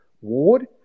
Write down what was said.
Ward